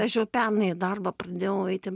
aš jau pernai į darbą pradėjau eiti